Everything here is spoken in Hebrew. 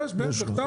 כן, יש בכתב.